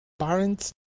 parents